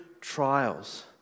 trials